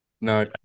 No